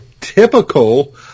typical